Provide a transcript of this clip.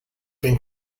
been